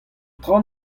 traoù